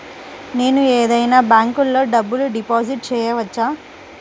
నేను ఏదైనా బ్యాంక్లో డబ్బు డిపాజిట్ చేయవచ్చా?